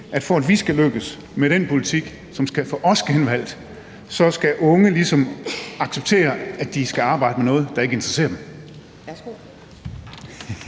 at for at vi skal lykkes med den politik, som skal få os genvalgt, skal unge ligesom acceptere, at de skal arbejde med noget, der ikke interesserer dem.